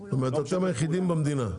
זאת אומרת אתם היחידים במדינה?